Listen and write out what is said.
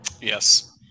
yes